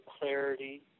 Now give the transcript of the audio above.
clarity